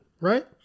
Right